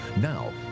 Now